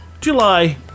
July